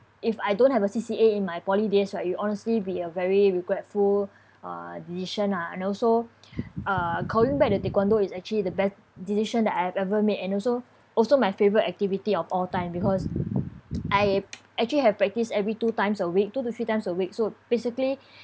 if I don't have a C_C_A in my poly days like it honestly be a very regretful uh decision lah and also uh going back to taekwondo is actually the best decision that I've ever made and also also my favorite activity of all time because I actually have practice every two times a week two to three times a week so basically